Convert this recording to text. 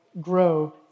grow